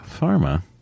pharma